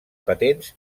patents